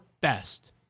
best